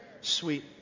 Sweet